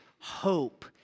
Hope